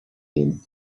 him